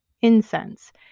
Incense